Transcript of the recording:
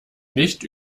nicht